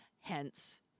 hence